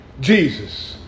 Jesus